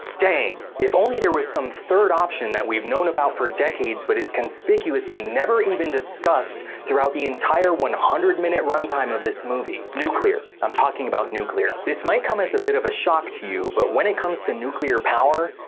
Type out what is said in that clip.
dang, if only there was some third option that we've known about for decades, but is conspicuously never even discussed throughout the entire one hundred minute runtime of this movie. nuclear, i'm talking about nuclear. this might come as a bit of a shock to you, but when it comes to nuclear power,